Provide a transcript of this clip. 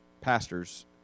pastors